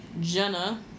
Jenna